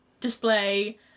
display